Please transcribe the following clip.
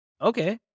okay